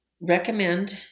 recommend